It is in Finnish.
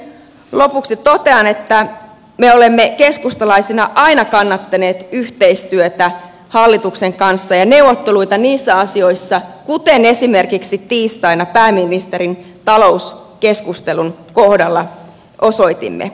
lopuksi totean että me olemme keskustalaisina aina kannattaneet yhteistyötä hallituksen kanssa ja neuvotteluita niissä asioissa kuten esimerkiksi tiistaina pääministerin talouskeskustelun kohdalla osoitimme